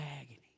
agony